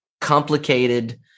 complicated